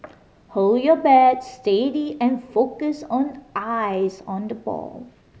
hold your bat steady and focus on eyes on the ball